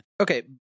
Okay